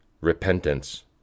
repentance